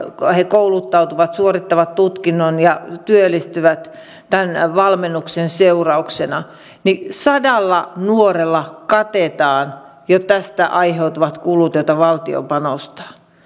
kouluttautuvat suorittavat tutkinnon ja työllistyvät tämän valmennuksen seurauksena niin sadalla nuorella katetaan jo tästä aiheutuvat kulut joita valtio panostaa